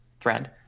thread